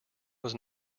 was